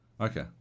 Okay